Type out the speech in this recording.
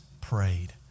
prayed